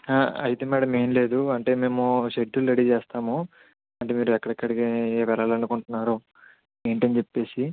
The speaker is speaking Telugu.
అయితే మేడం ఏం లేదు అంటే మేము షెడ్యూల్ రెడీ చేస్తాము అంటే మీరు ఎక్కడెక్కడికి వెళ్ళాలనుకుంటున్నారు ఏంటని చెప్పి